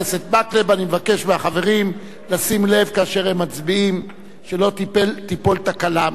אני מבקש מהחברים לשים לב כאשר הם מצביעים שלא תיפול תקלה מתחת ידם.